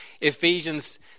Ephesians